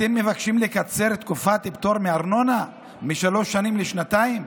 אתם מבקשים לקצר את תקופת הפטור מארנונה משלוש שנים לשנתיים?